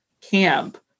camp